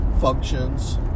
functions